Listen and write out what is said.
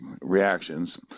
reactions